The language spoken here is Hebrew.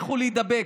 לכו להידבק.